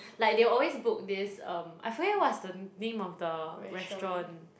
like they always book this um I forget what's the name of the restaurant